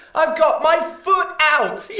i've got my foot out. yeah!